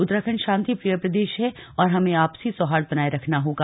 उत्तराखण्ड शांति प्रिय प्रदेश है और हमें आपसी सौहार्द बनाये रखना होगा